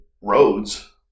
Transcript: roads